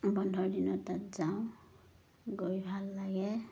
বন্ধৰ দিনত তাত যাওঁ গৈ ভাল লাগে